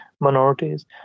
minorities